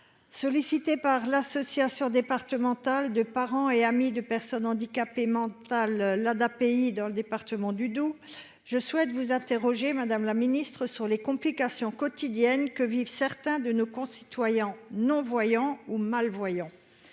Sollicitée par l'association départementale de parents et d'amis des personnes handicapées mentales (Adapei) du Doubs, je souhaite vous interroger, madame la ministre, sur les complications quotidiennes que vivent certains de nos concitoyens non-voyants ou malvoyants.